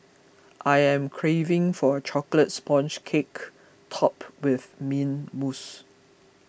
I am craving for a Chocolate Sponge Cake Topped with Mint Mousse